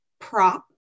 prop